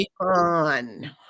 on